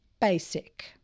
basic